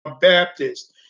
Baptists